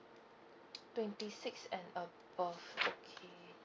twenty six and above okay